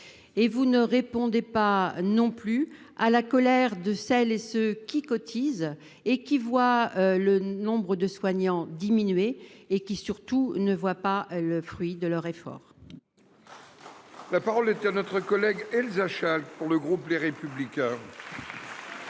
Vous ne répondez pas non plus à la colère de celles et de ceux qui cotisent, qui voient le nombre de soignants diminuer et qui, surtout, ne voient pas le fruit de leurs efforts. La parole est à Mme Elsa Schalck, pour le groupe Les Républicains.